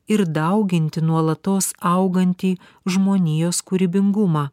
ir dauginti nuolatos augantį žmonijos kūrybingumą